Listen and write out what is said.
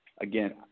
again